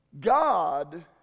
God